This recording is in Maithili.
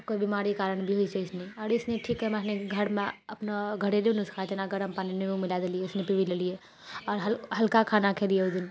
कोइ बिमारीके कारण भी होइत छै ई सुनी आर ई सुनी ठीक करबामे घरमे अपना घरेलु नुस्खा जेना गरम पानि निम्बू मिलाए देलियै अइसने पी लेलियै आओर हल्का खाना खेलियै ओ दिन